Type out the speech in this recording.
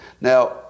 Now